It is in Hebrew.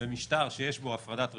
ומשטר שיש בו הפרדת רשויות,